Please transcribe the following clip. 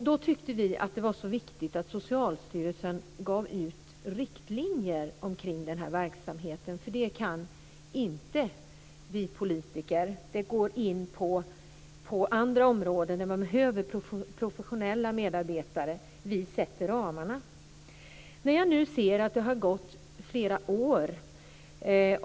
Då tyckte vi att det var så viktigt att Socialstyrelsen gav ut riktlinjer omkring den här verksamheten, för det kan inte vi politiker. Det går in på andra områden, där man behöver professionella medarbetare. Vi sätter ramarna. Nu ser jag att det har gått flera år.